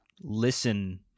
listen